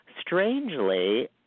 strangely